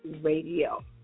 Radio